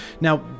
Now